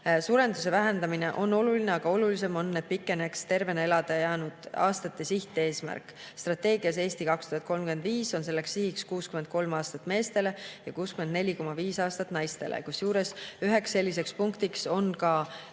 Suremuse vähendamine on oluline, aga olulisem on, et pikeneks tervena elada jäänud aastate sihteesmärk. Strateegias "Eesti 2035" on see siht 63 aastat meestele ja 64,5 aastat naistele. Kusjuures üks selline punkt on ka kohustusliku